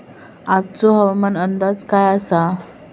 आजचो हवामान अंदाज काय आसा?